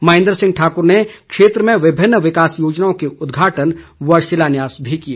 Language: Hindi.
महेन्द्र सिंह ठाकुर ने क्षेत्र में विभिन्न विकास योजनाओं के उद्घाटन व शिलान्यास भी किए